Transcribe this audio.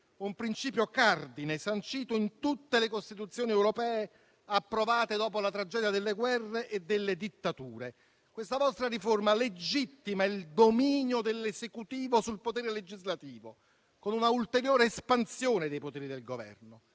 un principio cardine, sancito in tutte le Costituzioni europee approvate dopo la tragedia delle guerre e delle dittature. Questa vostra riforma legittima il dominio dell'Esecutivo sul potere legislativo, con un'ulteriore espansione dei poteri del Governo: